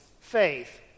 faith